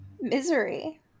Misery